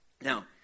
Now